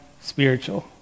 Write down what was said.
spiritual